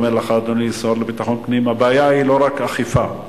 אדוני השר לביטחון פנים: הבעיה היא לא רק אכיפה,